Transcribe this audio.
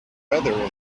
weather